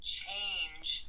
change